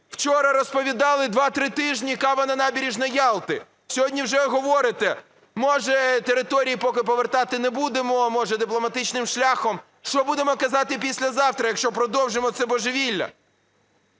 Вчора розповідали: два - три тижні, кава на набережній Ялти. Сьогодні вже говорите: може, території поки повертати не будемо, може, дипломатичним шляхом. Що будемо казати післязавтра, якщо продовжимо це божевілля?